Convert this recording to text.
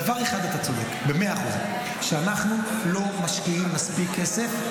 בדבר אחד אתה צודק במאה אחוזים: אנחנו לא משקיעים מספיק כסף,